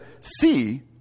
see